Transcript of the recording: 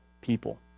people